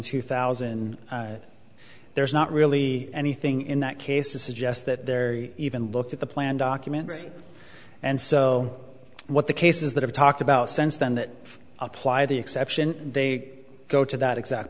two thousand there is not really anything in that case to suggest that they're even looked at the plan documents and so what the cases that i've talked about sense then that apply the exception they go to that exact